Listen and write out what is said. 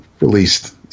released